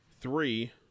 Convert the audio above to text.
Three